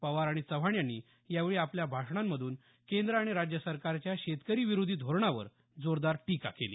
पवार आणि चव्हाण यांनी यावेळी आपल्या भाषणातून केंद्र आणि राज्य सरकारच्या शेतकरी विरोधी धोरणावर जोरदार टीका केली